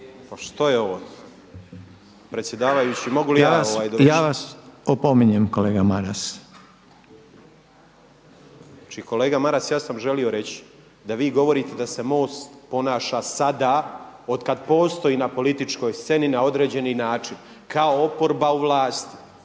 Pa što je ovo, predsjedavajući mogu li ja dovršiti. **Reiner, Željko (HDZ)** Ja vas opominjem kolega Maras. **Grmoja, Nikola (MOST)** Kolega Maras ja sam želio reći da vi govorite da se MOST ponaša sada od kada postoji na političkoj sceni na određeni način kao oporba u vlasti.